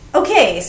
okay